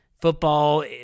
football